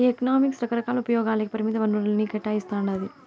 ఈ ఎకనామిక్స్ రకరకాల ఉపయోగాలకి పరిమిత వనరుల్ని కేటాయిస్తాండాది